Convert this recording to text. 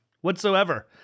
whatsoever